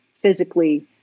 physically